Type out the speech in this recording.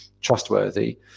trustworthy